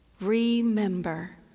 remember